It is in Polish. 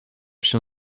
się